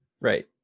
right